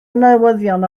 newyddion